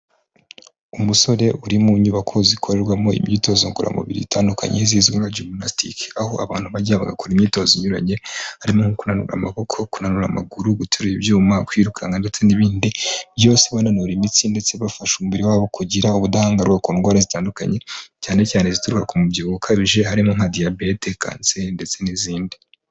Umusore uri mu nyubako zikorerwamo imyitozo ngoramubiri zitandukanye zizwi nkaginasitiki aho abantu bajya bagakora imyitozo inyuranye harimo kunura amaboko, kunanura amaguru, guteru ibyuma kwirukanka ndetse n'ibindi byose bananura imitsi ndetse bafasha umubiri wabo kugira ubudahangarwa ku ndwara zitandukanye cyane cyane zituruka ku mubyibuho ukabije harimo nka diyabete kanseri ndetse n'izindi.